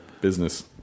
business